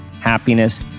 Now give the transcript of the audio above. happiness